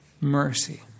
mercy